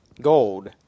gold